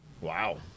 wow